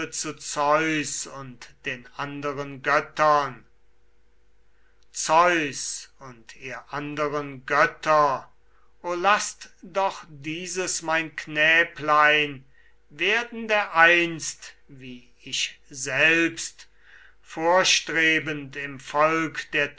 glanz und die flatternde mähne des busches zeus und ihr anderen götter o laßt doch dieses mein knäblein werden dereinst wie ich selbst vorstrebend im volk der